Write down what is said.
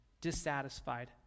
dissatisfied